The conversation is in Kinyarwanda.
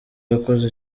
yakoze